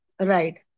Right